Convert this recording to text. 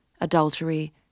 adultery